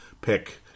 pick